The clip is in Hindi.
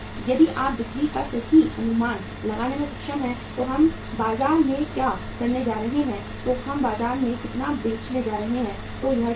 यदि आप बिक्री का सही अनुमान लगाने में सक्षम हैं कि हम बाजार में क्या करने जा रहे हैं तो हम बाजार में कितना बेचने जा रहे हैं तो यह ठीक है